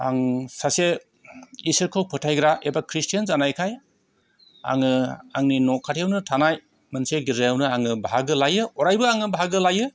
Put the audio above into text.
आं सासे इसोरखौ फोथायग्रा एबा ख्रिस्टियान जानायखाय आङो आंनि न'खाथियावनो थानाय मोनसे गिरजायावनो आङो बाहागो लायो अरायबो आङो बाहागो लायो